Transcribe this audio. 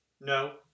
No